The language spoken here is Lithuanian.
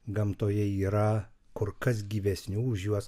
gamtoje yra kur kas gyvesnių už juos